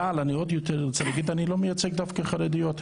אבל אני עוד יותר רוצה להגיד שאני לא מייצג דווקא חרדיות.